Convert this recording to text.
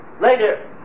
later